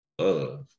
Love